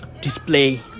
display